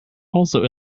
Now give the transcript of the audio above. also